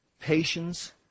Patience